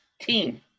team